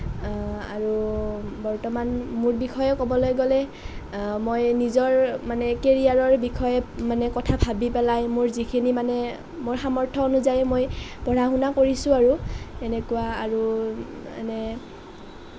আৰু বৰ্তমান মোৰ বিষয়ে ক'বলৈ গ'লে মই নিজৰ মানে কেৰিয়াৰৰ বিষয়ে মানে কথা ভাবি পেলাই মোৰ যিখিনি মানে মোৰ সামৰ্থ অনুযায়ী মই পঢ়া শুনা কৰিছোঁ আৰু এনেকুৱা আৰু মানে